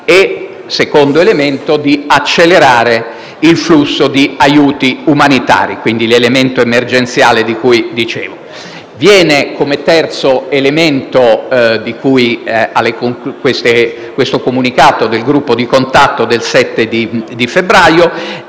- secondo elemento - di accelerare il flusso di aiuti umanitari (l'elemento emergenziale di cui dicevo). Il terzo elemento, di cui a questo comunicato del Gruppo di contatto del 7 febbraio,